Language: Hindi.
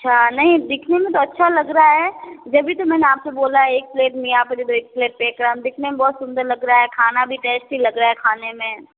अच्छा नहीं दिखने में तो अच्छा लग रहा है जब भी तो मैंने आपसे बोला है एक प्लेट एक प्लेट दिखने में तो सुन्दर लग रहा है खाना भी टेस्टी लग रहा है खाने में